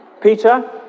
Peter